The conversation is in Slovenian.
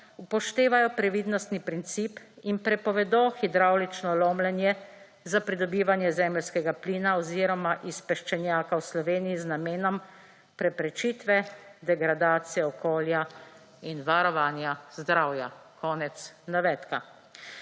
upoštevajo previdnostni princip in prepovedo hidravlično lomljenje za pridobivanje zemeljskega plina oziroma iz peščenjaka v Sloveniji z namenom preprečitve degradacijo okolja in varovanja zdravja.« konec navedka.